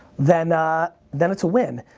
then ah then it's a win.